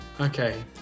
Okay